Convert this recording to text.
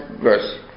verse